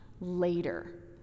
later